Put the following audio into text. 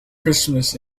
christmas